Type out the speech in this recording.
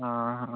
ହଁ ହଁଁ